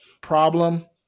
problem